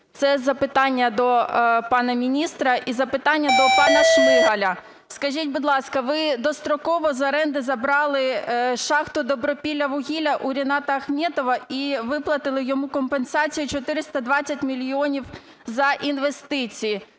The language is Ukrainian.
Це запитання до пана міністра. І запитання до пана Шмигаля. Скажіть, будь ласка, ви достроково з оренди забрали шахту "Добропіллявугілля" у Рената Ахметова і виплатили йому компенсацію 420 мільйонів за інвестиції.